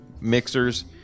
mixers